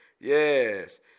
Yes